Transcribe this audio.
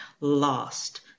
lost